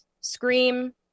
scream